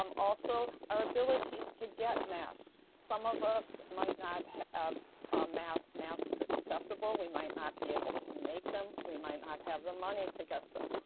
um also our abilities to get masks some of us might not have masks masks accessible. we might not be able to make them. we might not have the money to get them.